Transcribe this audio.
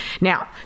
Now